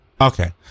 Okay